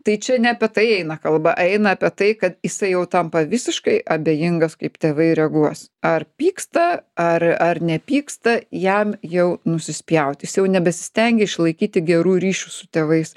tai čia ne apie tai eina kalba eina apie tai kad jisai jau tampa visiškai abejingas kaip tėvai reaguos ar pyksta ar ar nepyksta jam jau nusispjaut jis jau nebesistengia išlaikyti gerų ryšių su tėvais